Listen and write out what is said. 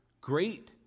Great